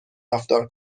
رفتار